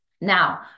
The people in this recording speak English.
Now